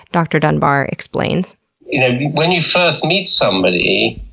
dr. dunbar explains when you first meet somebody,